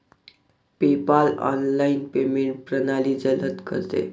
PayPal online payment प्रणाली जलद करते